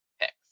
picks